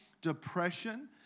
Depression